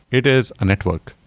it is a network.